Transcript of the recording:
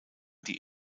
die